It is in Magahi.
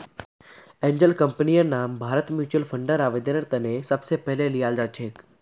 एंजल कम्पनीर नाम भारतत म्युच्युअल फंडर आवेदनेर त न सबस पहले ल्याल जा छेक